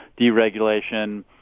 deregulation